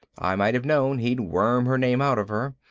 i might have known he'd worm her name out of her.